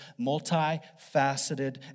multifaceted